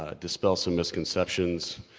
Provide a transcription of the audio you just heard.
ah dispel some misconceptions,